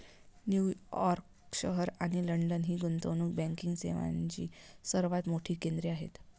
New York शहर आणि London ही गुंतवणूक बँकिंग सेवांची सर्वात मोठी केंद्रे आहेत